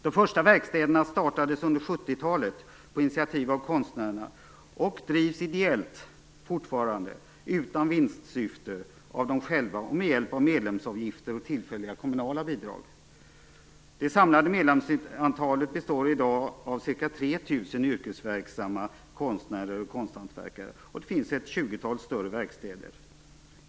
De första verkstäderna startades under 70-talet på initiativ av konstnärerna och drivs fortfarande ideellt, utan vinstsyfte, med hjälp av medlemsavgifter och tillfälliga kommunala bidrag. Det samlade medlemsantalet är i dag ca 3 000 yrkesverksamma konstnärer och konsthantverkare. Det finns ett tjugotal större verkstäder.